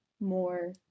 more